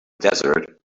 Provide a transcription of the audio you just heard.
desert